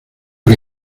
que